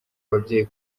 ababyeyi